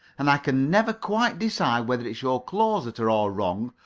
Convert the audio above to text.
and i can never quite decide whether it's your clothes that are all wrong,